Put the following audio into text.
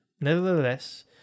Nevertheless